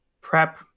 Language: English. prep